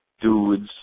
dudes